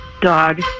dog